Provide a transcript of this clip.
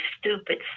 stupid